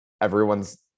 everyone's